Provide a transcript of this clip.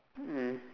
mm